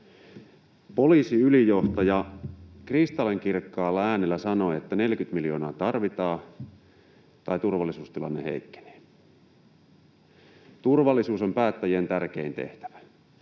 Poliisiylijohtaja kristallinkirkkaalla äänellä sanoo, että 40 miljoonaa tarvitaan tai turvallisuustilanne heikkenee. Turvallisuus on päättäjien tärkein tehtävä.